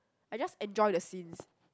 I just enjoy the scenes